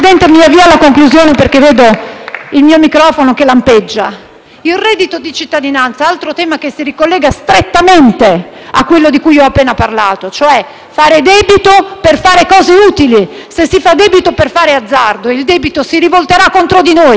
Il reddito di cittadinanza è un altro tema che si ricollega strettamente a quello di cui ho appena parlato, cioè fare debito per fare cose utili. Se si fa debito per fare azzardo, il debito si rivolterà contro di noi. Il reddito di cittadinanza, colleghi, intercetta il bisogno